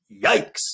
Yikes